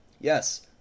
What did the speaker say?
yes